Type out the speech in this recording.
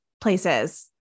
places